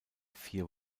vier